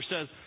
says